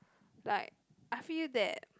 like I feel that